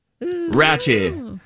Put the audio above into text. Ratchet